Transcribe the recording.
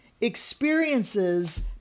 Experiences